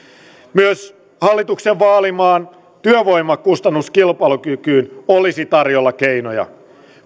myös hallituksen vaalimaan työvoimakustannuskilpailuun olisi tarjolla keinoja